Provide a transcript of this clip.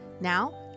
Now